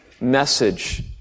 message